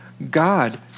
God